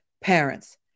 parents